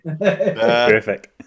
Perfect